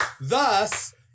Thus